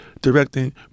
directing